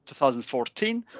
2014